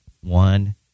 one